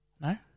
No